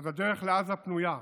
אז הדרך לעזה פנויה.